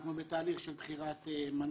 אנחנו בתהליך של בחירת מנכ"ל.